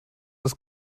das